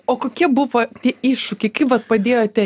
o kokie buvo tie iššūkiai kaip vat padėjote